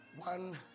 one